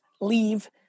leave